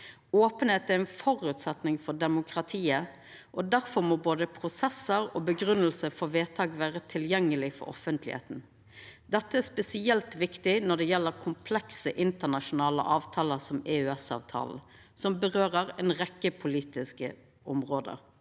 Openheit er ein føresetnad for demokratiet, og difor må både prosessar og grunngjeving for vedtak vera tilgjengelege for offentlegheita. Dette er spesielt viktig når det gjeld komplekse internasjonale avtalar som EØS-avtalen, som vedkjem ei rekkje politiske område.